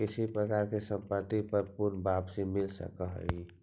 किस प्रकार की संपत्ति पर पूर्ण वापसी मिल सकअ हई